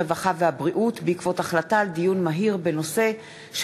הרווחה והבריאות בעקבות דיון מהיר בהצעה של